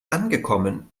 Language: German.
angekommen